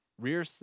Rear